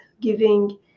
giving